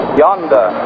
yonder